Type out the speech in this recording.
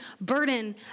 burden